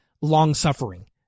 long-suffering